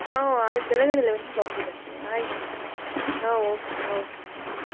ಹಾಂ ಆಯ್ತು ಬೆಳಿಗ್ಗೆನೆ ಲೆವೆನ್ ಓ ಕ್ಲಾಕಿಗೆ ಬರ್ತೇನೆ ಆಯ್ತು ಹಾಂ okay okay thank you madam